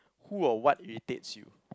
who or what irritates you